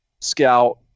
scout